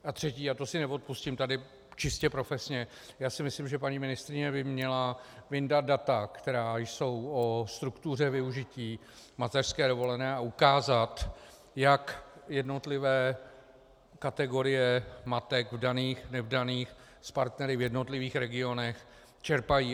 A třetí, a to si neodpustím, čistě profesně si myslím, že paní ministryně by měla vyndat data, která jsou o struktuře využití mateřské dovolené, a ukázat, jak jednotlivé kategorie matek vdaných, nevdaných, s partnery v jednotlivých regionech čerpají.